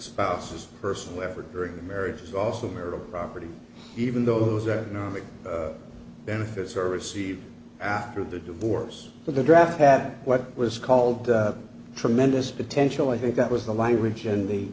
spouse is personal effort during the marriage is also marital property even those economic benefits are received after the divorce for the draft that what was called the tremendous potential i think that was the language